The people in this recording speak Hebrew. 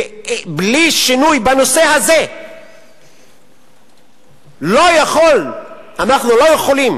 בלי שינוי בנושא הזה אנחנו לא יכולים